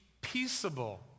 peaceable